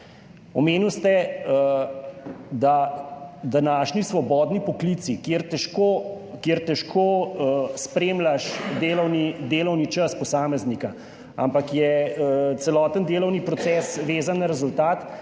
Omenili ste, da današnji svobodni poklici, kjer težko spremljaš delovni čas posameznika, ampak je celoten delovni proces vezan na rezultat,